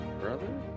brother